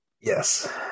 yes